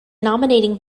nominating